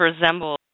resemble